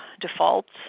defaults